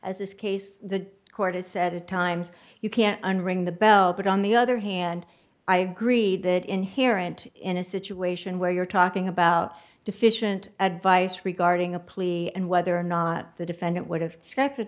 as this case the court has said times you can't unring the bell but on the other hand i agree that inherent in a situation where you're talking about deficient advice regarding a plea and whether or not the defendant would have s